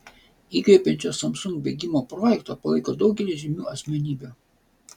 įkvepiančio samsung bėgimo projektą palaiko daugelis žymių asmenybių